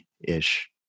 ish